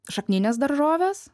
šakninės daržovės